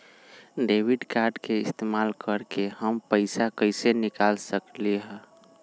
Debit card के इस्तेमाल करके हम पैईसा कईसे निकाल सकलि ह?